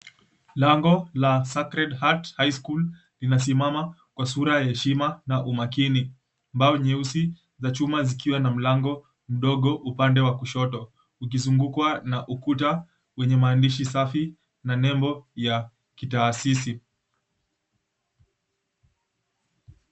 Lango la "Sacred Heart High School" linasimama kwa sura ya heshima na umakini. Mbao nyeusi za chuma zikiwa na mlango mdogo upande wa kushoto ukizungukwa na ukuta wenye maandishi safi na nembo ya kitaasisi.